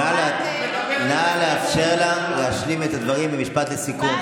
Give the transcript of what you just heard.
נא לאפשר לה להשלים את הדברים במשפט לסיכום,